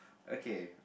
okay